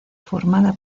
formada